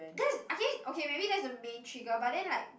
that is okay okay maybe that's the main trigger but then like